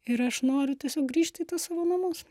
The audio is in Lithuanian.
ir aš noriu tiesiog grįžti į tuos savo namus